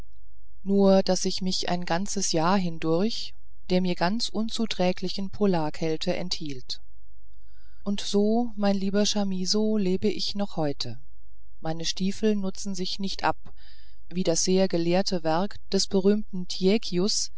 nur daß ich mich ein ganzes jahr hindurch der mir ganz unzuträglichen polar kälte enthielt und so mein lieber chamisso leb ich noch heute meine stiefel nutzen sich nicht ab wie das sehr gelehrte werk des berühmten